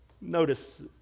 Notice